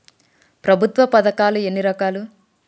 ప్రభుత్వ పథకాలు ఎన్ని రకాలు?